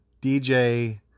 DJ